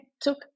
took